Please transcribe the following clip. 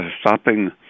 stopping